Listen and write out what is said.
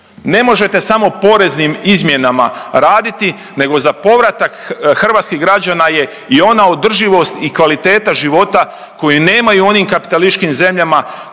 ne možete samo poreznim izmjenama raditi nego za povratak hrvatskih građana je i ona održivost i kvaliteta života koje nemaju u onim kapitalističkim zemljama